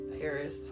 paris